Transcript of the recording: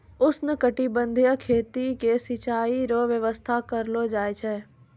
उष्णकटिबंधीय खेती मे सिचाई रो व्यवस्था करलो जाय छै